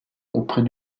auprès